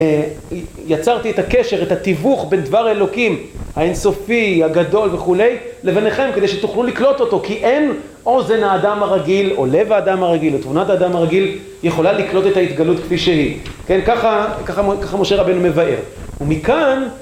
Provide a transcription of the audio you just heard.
יצרתי את הקשר, את התווך בין דבר האלוקים, האינסופי, הגדול וכולי, לביניכם, כדי שתוכלו לקלוט אותו, כי אין אוזן האדם הרגיל, או לב האדם הרגיל, או תמונת האדם הרגיל יכולה לקלוט את ההתגלות כפי שהיא. כן, ככה, ככה משה רבינו מבאר. ומכאן...